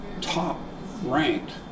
top-ranked